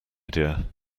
dear